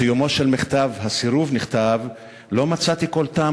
בסיומו של מכתב הסירוב נכתב: "לא מצאתי כל טעם